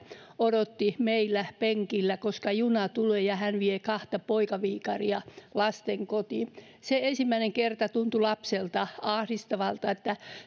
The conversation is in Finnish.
odotti meillä penkillä koska juna tulee kun hän vei kahta poikaviikaria lastenkotiin se ensimmäinen kerta tuntui lapsesta ahdistavalta kun